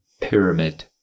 pyramid